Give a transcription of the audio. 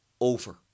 over